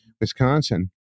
Wisconsin